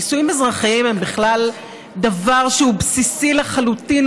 נישואים אזרחיים הם בכלל דבר שהוא בסיסי לחלוטין,